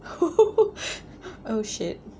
oh oh shit